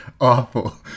awful